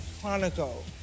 Chronicle